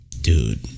dude